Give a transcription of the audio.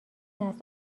است